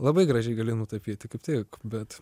labai gražiai gali nutapyti kaip tik bet